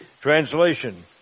Translation